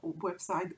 website